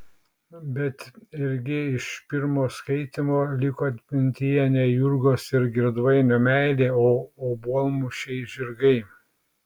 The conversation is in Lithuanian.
bet irgi iš pirmo skaitymo liko atmintyje ne jurgos ir girdvainio meilė o obuolmušiai žirgai